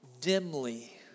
dimly